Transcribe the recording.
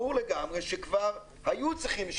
ברור לגמרי שכבר היו צריכים לשלם,